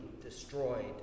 destroyed